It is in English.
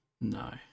No